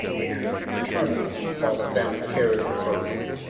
and, turning, saw the family carriage approaching,